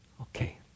okay